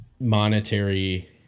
monetary